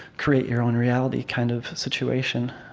create your own reality kind of situation.